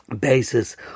basis